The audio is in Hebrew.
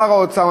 שר האוצר,